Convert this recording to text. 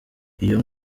iyo